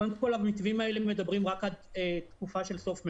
קודם כל המתווים האלה מדברים רק עד התקופה של סוף מארס.